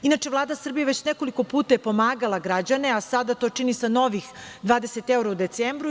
Inače, Vlada Srbije je već nekoliko puta pomagala građane, a sada to čini sa novih 20 evra u decembru.